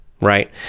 right